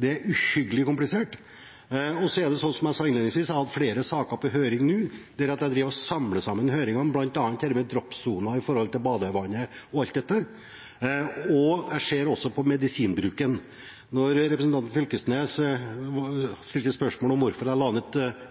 Det er uhyggelig komplisert. Som jeg sa innledningsvis, har jeg flere saker på høring nå. Jeg driver og samler sammen høringene, bl.a. dette med «dropsoner» for badevannet. Jeg ser også på medisinbruken. Når representanten Knag Fylkesnes stilte spørsmål om hvorfor jeg